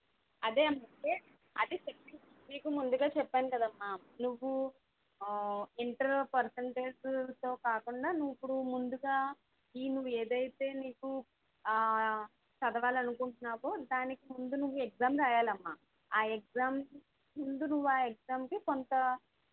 అదే అందుకే అదే చెప్పినా మీకు ముందుగా చెప్పాను కదమ్మా నువ్వు ఇంటరు పర్సెంటేజుతో కాకుండా నువ్వు ఇప్పుడు ముందుగా నేను ఏదైతే నీకు చదవాలి అనుకుంటున్నావో దానికి ముందు నువ్వు ఎగ్జామ్ రాయాలి అమ్మా ఆ ఎగ్జామ్ ముందు నువ్వు ఆ ఎగ్జామ్కి కొంత